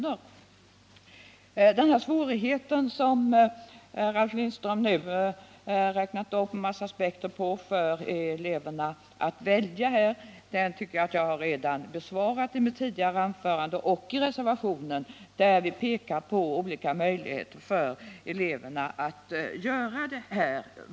Frågan om svårigheten för eleverna att välja, som Ralf Lindström nu har räknat upp en mängd aspekter på, tycker jag att jag redan har besvarat i mitt tidigare anförande. Den är också besvarad i reservationen, där vi har pekat på olika möjligheter för eleverna att göra sitt val.